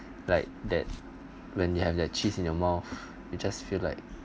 like that when you have your cheese in your mouth it just feel like